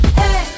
hey